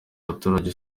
abaturage